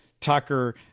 Tucker